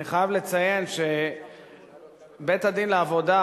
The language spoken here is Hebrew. אני חייב לציין שבית-הדין לעבודה,